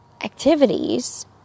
activities